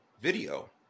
video